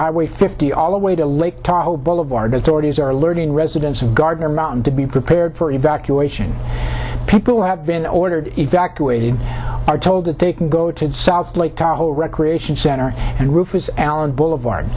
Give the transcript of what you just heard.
highway fifty all the way to lake tahoe boulevard authorities are learning residents of gardner mountain to be prepared for evacuation people have been ordered waited are told that they can go to south lake tahoe recreation center and rufus allen boulevard